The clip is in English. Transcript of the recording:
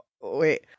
wait